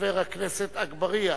חבר הכנסת אגבאריה.